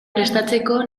prestatzeko